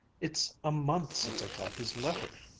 it's a month since i got his letter.